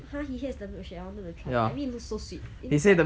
!huh! he hates the milkshake I wanted to try I mean it looks so sweet it looks like